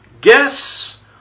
Guess